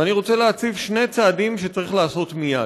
ואני רוצה להציג שני צעדים שצריך לעשות מייד: